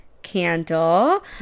candle